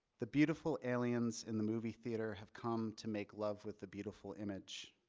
the beautiful aliens in the movie theater have come to make love with the beautiful image.